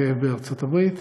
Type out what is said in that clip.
שלא רק בארצות-הברית,